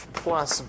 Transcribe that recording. plus